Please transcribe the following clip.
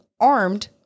armed